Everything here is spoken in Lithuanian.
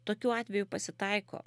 tokių atvejų pasitaiko